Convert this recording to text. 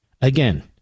Again